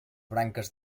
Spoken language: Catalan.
branques